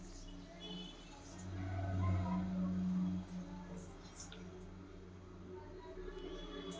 ನೋಂದಾಯಿತ ಷೇರಗಳನ್ನ ಹೊಂದಿದೋರಿಗಿ ನೋಂದಾಯಿತ ಷೇರದಾರ ಅಂತಾರ